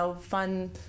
fun